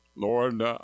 Lord